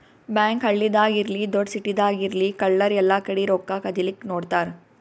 bank ಹಳ್ಳಿದಾಗ್ ಇರ್ಲಿ ದೊಡ್ಡ್ ಸಿಟಿದಾಗ್ ಇರ್ಲಿ ಕಳ್ಳರ್ ಎಲ್ಲಾಕಡಿ ರೊಕ್ಕಾ ಕದಿಲಿಕ್ಕ್ ನೋಡ್ತಾರ್